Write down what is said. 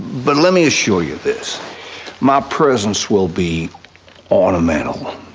but let me assure you this my presence will be on a mantle.